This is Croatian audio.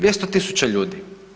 200.000 ljudi.